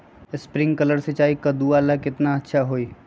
Sprinkler सिंचाई कददु ला केतना अच्छा होई?